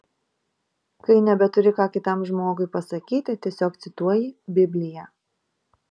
kai nebeturi ką kitam žmogui pasakyti tiesiog cituoji bibliją